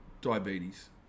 diabetes